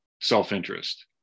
self-interest